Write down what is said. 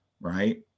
right